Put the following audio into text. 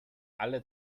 alle